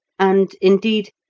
and, indeed,